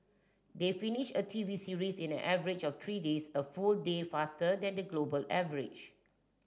they finish a TV series in an average of three days a full day faster than the global average